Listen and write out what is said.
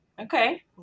Okay